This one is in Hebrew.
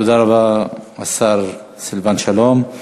תודה רבה, השר סילבן שלום.